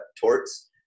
torts